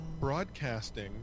broadcasting